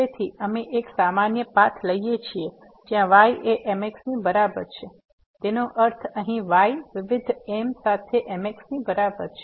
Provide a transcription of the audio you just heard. તેથી અમે એક સામાન્ય પાથ લઈએ છીએ જ્યાં y એ mx ની બરાબર છે તેનો અર્થ અહીં y વિવિધ m સાથે mx ની બરાબર છે